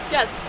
Yes